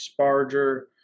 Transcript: Sparger